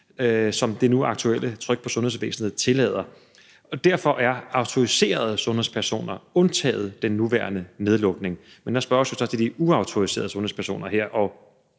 som det aktuelle tryk på sundhedsvæsenet nu tillader. Derfor er autoriserede sundhedspersoner undtaget fra den nuværende nedlukning, men der spørges jo så til de uautoriserede sundhedspersoner her.